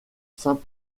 saint